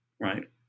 right